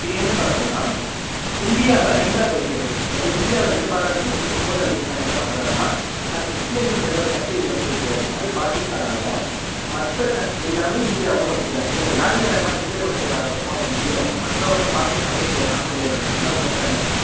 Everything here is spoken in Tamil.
இது என்னென்னு பார்த்தோம்னா இந்தியாவை ரெண்டாக பிரிக்கிறது அதாவது இந்தியாவை ரெண்டு பார்ட்டாக இருக்குங்க ஒன்று முகம்மது அலி ஜின்னா என்ன பண்ணுறாருனா நாங்கள் முஸ்லீமுக்குன்னு தனியாக ஒரு கன்ட்ரி வேணும்ன்னு கேட்கறாரு அது பாகிஸ்தானாவும் மற்ற கன்ட் எல்லாமே இந்தியாவும் வச்சிக்கிறாங்க இதில் யார் யார்லாம் இந்தியாக்கூட சேர ஆசைப்பட்றாங்களோ அவங்க இண்டியாவும் மற்றவுங்க பாகிஸ்தானோடையே சேர்லான்னு சொல்லியிருந்தாங்க அது தான் மௌண்ட் பேன்டல் பிளான்